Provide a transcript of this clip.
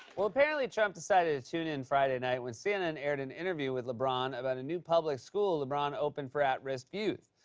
well, apparently, trump decided to tune in friday night when cnn aired an interview with lebron about a new public school lebron opened for at-risk youth.